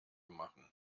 machen